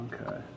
okay